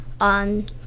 on